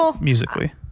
musically